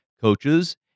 coaches